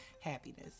happiness